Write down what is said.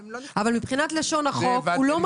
אבל מבחינת לשון החוק, הוא לא מחריג.